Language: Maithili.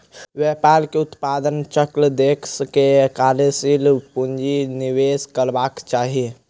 व्यापार के उत्पादन चक्र देख के कार्यशील पूंजी निवेश करबाक चाही